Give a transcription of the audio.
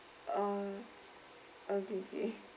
uh okay wait